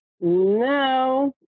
No